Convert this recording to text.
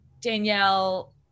Danielle